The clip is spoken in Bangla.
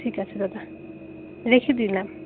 ঠিক আছে দাদা রেখে দিলাম